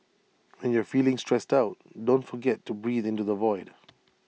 when you are feeling stressed out don't forget to breathe into the void